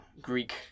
Greek